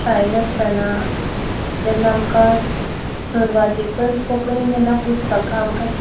शाळेन आसतना जेन्ना आमकां सुरवातेकच कोंकणी जेन्ना पुस्तकां आमकां दि